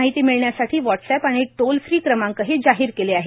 माहिती मिळण्यासाठी व्हाट्सअॅप आणि टोल फ्री क्रमांकही जाहीर केले आहेत